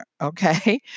Okay